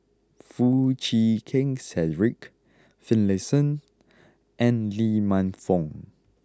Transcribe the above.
Foo Chee Keng Cedric Finlayson and Lee Man Fong